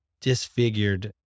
disfigured